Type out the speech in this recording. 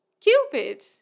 Cupid